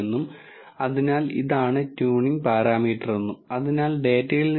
മറ്റ് വിഭാഗത്തിലുള്ള പ്രോബ്ളങ്ങൾ നിലവിലില്ല എന്നോ അവ രസകരമല്ലെന്നോ ഇതിനർത്ഥമില്ല